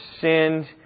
sinned